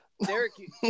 Syracuse